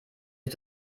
die